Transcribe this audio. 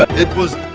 it was.